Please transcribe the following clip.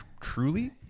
truly